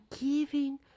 giving